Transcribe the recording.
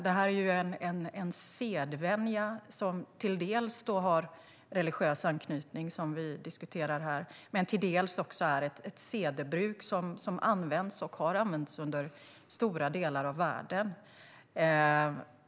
Omskärelse är en sedvänja som till dels har en religiös anknytning, som vi diskuterar här, till dels är en sedvänja som används och har använts i stora delar av världen.